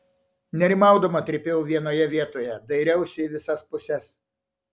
nerimaudama trypiau vienoje vietoje dairiausi į visas puses